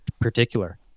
particular